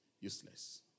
useless